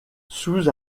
sous